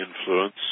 influence